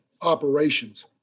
operations